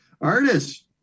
Artists